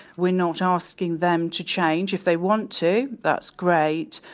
we're not asking them to change. if they want too that's great,